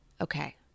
Okay